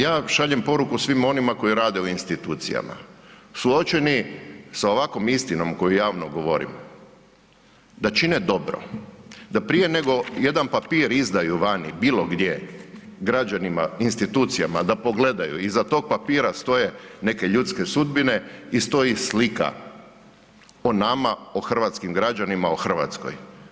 Ja šaljem poruku svima onima koji rade u institucijama, suočeni sa ovakvom istinom koju javno govorim da čine dobro, da prije nego jedan papir izdaju vani bilo gdje, građanima, institucijama da pogledaju, iza tog papira stoje neke ljudske sudbine i stoji slika o nama, o hrvatskim građanima, o Hrvatskoj.